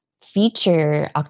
feature